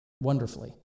wonderfully